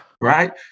Right